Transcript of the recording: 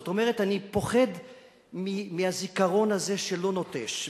זאת אומרת, אני פוחד מהזיכרון הזה שלא נוטש.